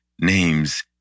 names